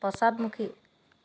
পশ্চাদমুখী